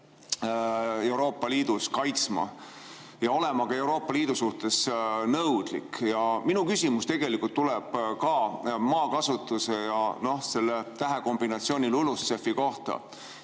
Euroopa Liidus kaitsma ega olema Euroopa Liidu suhtes nõudlik. Minu küsimus tuleb ka maakasutuse ja selle tähekombinatsiooni, LULUCF kohta.